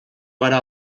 gara